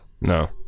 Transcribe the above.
No